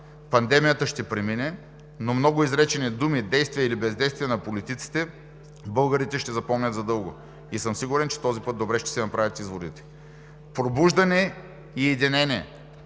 Пандемията ще премине, но много изречени думи, действия или бездействия на политиците българите ще запомнят задълго. И съм сигурен, че този път добре ще си направят изводите. Пробуждане и единение